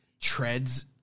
treads